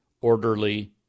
orderly